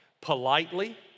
Politely